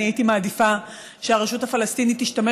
אני הייתי מעדיפה שהרשות הפלסטינית תשתמש